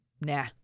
Nah